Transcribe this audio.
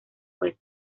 jueces